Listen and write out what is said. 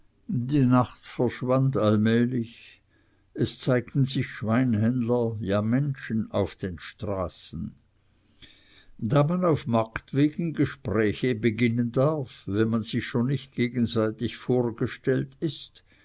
die nacht verschwand allmählich es zeigten sich schweinhändler ja menschen auf den straßen da man auf markt wegen gespräche beginnen darf wenn man sich schon nicht gegenseitig vorgestellt ist